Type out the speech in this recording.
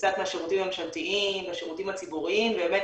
בקצת מהשירותים הממשלתיים והשירותים הציבוריים ובאמת